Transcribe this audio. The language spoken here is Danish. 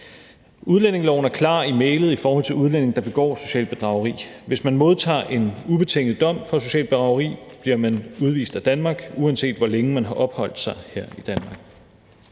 Udlændingeloven er klar i mælet i forhold til udlændinge, der begår socialt bedrageri. Hvis man modtager en ubetinget dom for socialt bedrageri, bliver man udvist af Danmark, uanset hvor længe man har opholdt sig her i Danmark.